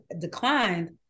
declined